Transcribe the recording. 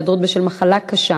13) (היעדרות בשל מחלה קשה),